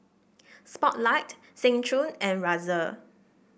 Spotlight Seng Choon and Razer